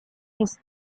his